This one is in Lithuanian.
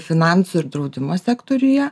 finansų ir draudimo sektoriuje